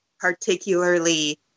particularly